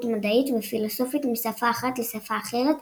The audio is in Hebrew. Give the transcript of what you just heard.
מדעית ופילוסופית משפה אחת לשפה אחרת,